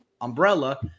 umbrella